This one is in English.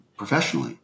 professionally